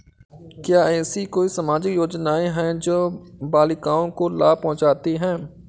क्या ऐसी कोई सामाजिक योजनाएँ हैं जो बालिकाओं को लाभ पहुँचाती हैं?